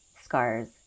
scars